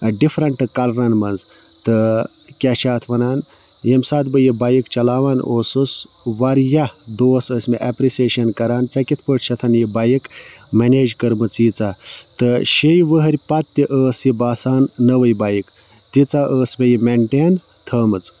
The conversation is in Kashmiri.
ڈِفرَنٛٹ کَلرَن منٛز تہٕ کیٛاہ چھِ اَتھ وَنان ییٚمہِ ساتہٕ بہٕ یہِ بایِک چلاوان اوسُس واریاہ دوس ٲسۍ مےٚ اٮ۪پرِسیشَن کران ژےٚ کِتھ پٲٹھۍ چھَتھ یہِ بایِک میٚنیج کٔرمٕچ ییٖژاہ تہٕ شیٚیہِ ؤہٕرۍ پَتہٕ تہِ ٲسۍ یہِ باسان نٔوٕے بایِک تیٖژاہ ٲسۍ مےٚ یہِ مٮ۪نٹین تھٲومٕژ